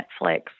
netflix